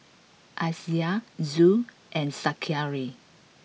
Aisyah Zul and Zakaria